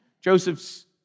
Joseph's